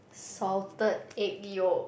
salted egg yolk